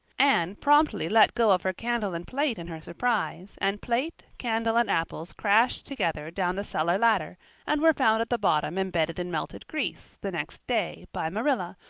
anne promptly let go of her candle and plate in her surprise, and plate, candle, and apples crashed together down the cellar ladder and were found at the bottom embedded in melted grease, the next day, by marilla,